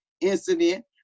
incident